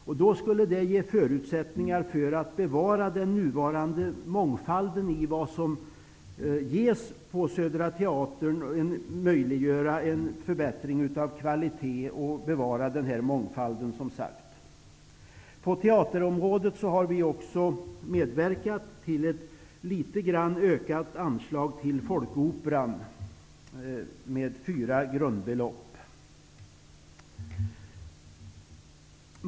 Detta skulle ge förutsättningar att bevara den nuvarande mångfalden i vad som ges på Södra teatern samt möjliggöra en förbättrad kvalitet. På teaterområdet har vi också medverkat till att litet grand öka anslaget till Folkoperan, vilket höjs med fyra grundbelopp.